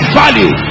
value